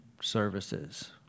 services